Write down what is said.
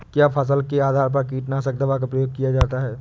क्या फसल के आधार पर कीटनाशक दवा का प्रयोग किया जाता है?